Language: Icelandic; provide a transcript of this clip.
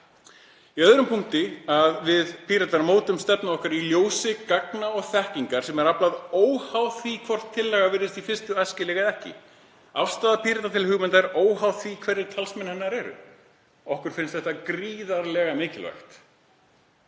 Í öðrum punkti segir að við Píratar mótum stefnu okkar í ljósi gagna og þekkingar sem aflað er óháð því hvort tillaga virðist í fyrstu æskileg eða ekki. Afstaða Pírata til hugmynda er óháð því hverjir talsmenn hennar eru. Okkur finnst þetta gríðarlega mikilvægt.